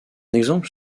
exemple